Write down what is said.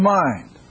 mind